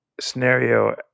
scenario